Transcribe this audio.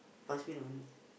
pass me the money